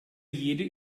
jede